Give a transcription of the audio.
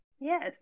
Yes